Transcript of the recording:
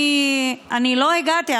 אני לא הגעתי,